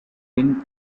been